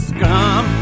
Scum